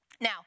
Now